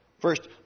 First